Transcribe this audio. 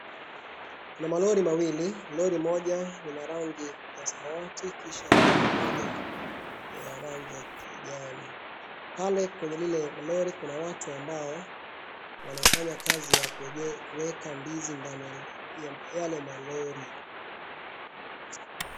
Kuna malori mawili, lori moja lina rangi ya samawati, kisha kuna moja ya rangi ya kijani. Pale kwenye lile lori kuna watu ambao wanafanya kazi ya kuweka ndizi ndani ya yale malori.